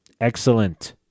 Excellent